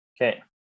Okay